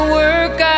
work